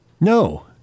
No